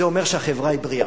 זה אומר שהחברה היא בריאה.